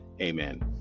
Amen